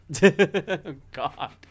God